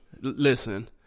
Listen